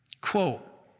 quote